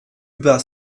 über